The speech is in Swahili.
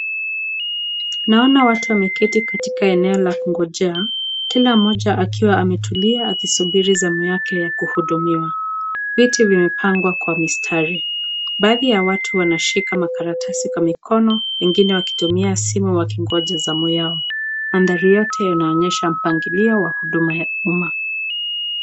Naona watu wameketi katika eneo la kungojea kila mmoja akiwa ametulia akisubiri zamu yake ya kuhudumiwa. Viti vimepangwa kwa mistari, baadhi ya watu wanashika makaratasi kwa mikono wengine wakitumia simu wakingoja zamu yao, mandhari yote yanaonyesha mpangilio wa huduma.